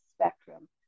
spectrum